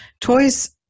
Toys